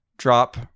drop